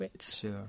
sure